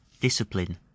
discipline